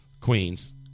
Queens